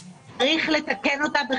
למעשה,